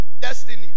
Destiny